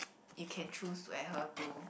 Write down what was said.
you can choose to adhere to